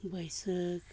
ᱵᱟᱹᱭᱥᱟᱹᱠᱷ